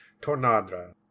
Tornadra